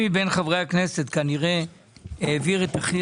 מבין חברי הכנסת כנראה אני העברתי הכי